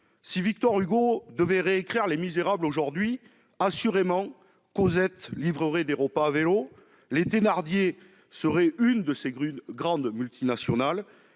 Si Victor Hugo devait réécrire aujourd'hui, assurément Cosette livrerait des repas à vélo, les Thénardier seraient l'une de ces grandes multinationales,